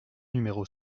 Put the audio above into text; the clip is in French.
numéro